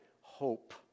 hope